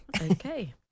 okay